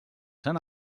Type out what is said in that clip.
sant